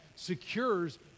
secures